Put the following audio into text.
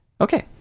Okay